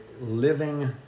living